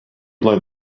like